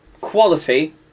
quality